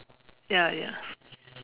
ya ya